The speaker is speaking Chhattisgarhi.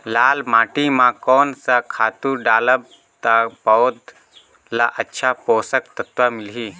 लाल माटी मां कोन सा खातु डालब ता पौध ला अच्छा पोषक तत्व मिलही?